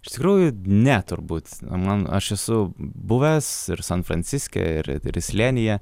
iš tikrųjų ne turbūt man aš esu buvęs ir san franciske ir ir slėnyje